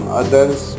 others